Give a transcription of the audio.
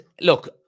look